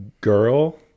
girl